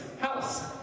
house